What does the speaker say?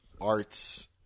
arts –